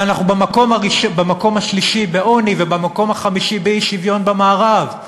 ואנחנו במקום השלישי בעוני ובמקום החמישי באי-שוויון במערב?